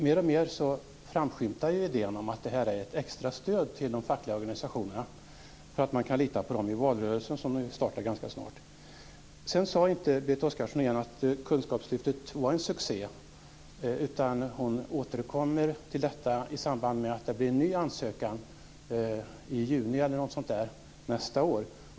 Mer och mer framskymtar idén att detta är ett extra stöd till de fackliga organisationerna för att man skall kunna lita på dem i valrörelsen, som ju startar ganska snart. Sedan sade inte Berit Oscarsson att kunskapslyftet var en succé, utan hon återkommer till detta i samband med en ny intagning i juni någon gång nästa år.